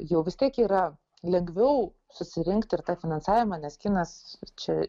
jau vis tiek yra lengviau susirinkt ir tą finansavimą nes kinas čia